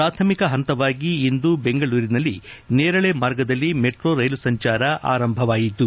ಪ್ರಾಥಮಿಕ ಹಂತವಾಗಿ ಇಂದು ಬೆಂಗಳೂರಿನಲ್ಲಿ ನೇರಳೆ ಮಾರ್ಗದಲ್ಲಿ ಮೆಟ್ರೊ ರೈಲು ಸಂಚಾರ ಆರಂಭವಾಯಿತು